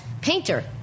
painter